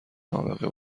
نابغه